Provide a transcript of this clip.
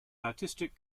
artistic